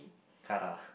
Kara